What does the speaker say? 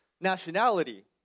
nationality